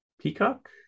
Peacock